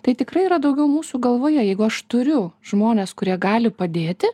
tai tikrai yra daugiau mūsų galvoje jeigu aš turiu žmones kurie gali padėti